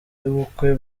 y’ubukwe